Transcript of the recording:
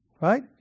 Right